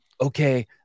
okay